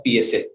PSA